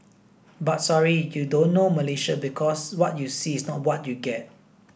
but sorry you don't know Malaysia because what you see is not what you get